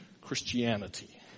Christianity